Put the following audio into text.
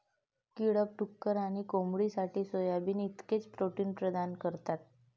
कीटक डुक्कर आणि कोंबडीसाठी सोयाबीन इतकेच प्रोटीन प्रदान करतात